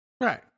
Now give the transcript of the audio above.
Right